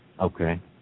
Okay